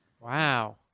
Wow